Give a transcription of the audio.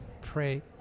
pray